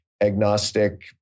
agnostic